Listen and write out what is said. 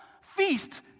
feast